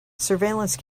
surveillance